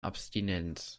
abstinenz